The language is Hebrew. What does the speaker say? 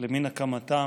למן הקמתה,